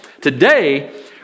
Today